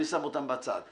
אני שם אותם בצד.